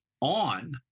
on